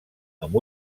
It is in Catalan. amb